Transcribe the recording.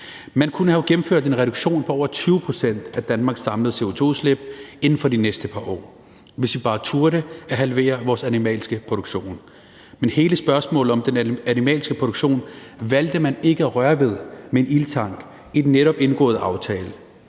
Man kunne have gennemført en reduktion på over 20 pct. af Danmarks samlede CO2-udslip inden for de næste par år, hvis vi bare turde halvere vores animalske produktion, men hele spørgsmålet om den animalske produktion ville man ikke røre ved med en ildtang i den netop indgåede aftale.